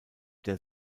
der